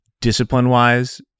discipline-wise